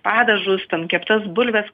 padažus ten keptas bulves